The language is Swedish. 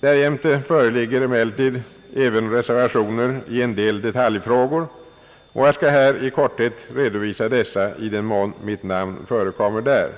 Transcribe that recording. Därjämte föreligger emellertid även reservationer i en del detaljfrågor, och jag skall här i korthet redovisa dessa i den mån mitt namn förekommer där.